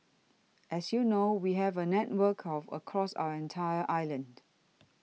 as you know we have a network of across our entire island